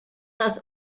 das